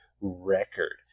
record